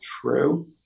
true